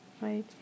Right